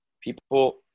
people